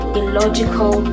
illogical